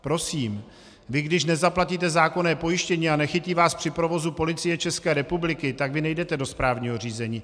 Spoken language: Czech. Prosím, vy když nezaplatíte zákonné pojištění a nechytí vás při provozu Policie České republiky, tak vy nejdete do správního řízení.